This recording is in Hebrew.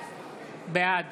בעד